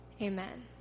Amen